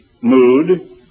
mood